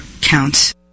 counts